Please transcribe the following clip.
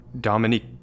Dominique